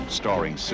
starring